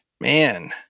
Man